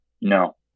No